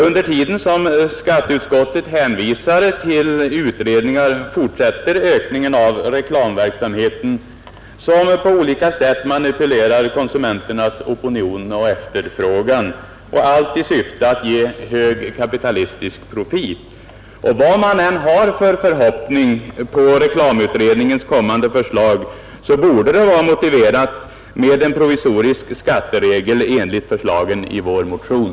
Under tiden som skatteutskottet hänvisar till utredningar fortsätter ökningen av reklamverksamheten som på olika sätt manipulerar konsumenternas opinion och efterfrågan, allt i syfte att ge höga kapitalistiska profiter. Vad man än har för förhoppning på reklamutredningens kommande förslag, borde det vara motiverat med en provisorisk skatteregel enligt förslagen i vår motion.